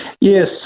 Yes